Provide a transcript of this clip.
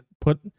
put